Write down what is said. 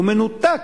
הוא מנותק,